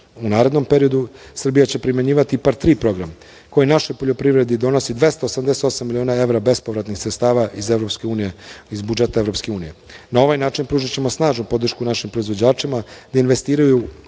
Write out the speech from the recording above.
U narednom periodu Srbija će primenjivati IPARD 3 program, koji našoj poljoprivredi donosi 288 miliona evra bespovratnih sredstava iz budžeta Evropske unije. Na ovaj način pružićemo snažnu podršku našim proizvođačima da investiraju